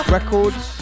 Records